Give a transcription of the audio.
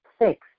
six